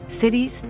cities